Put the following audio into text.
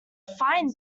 fine